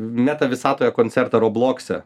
meta visatoje koncertą roblokse